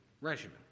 regimen